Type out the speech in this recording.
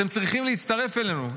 אתם צריכים להצטרף אלינו.